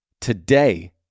today